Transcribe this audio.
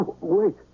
Wait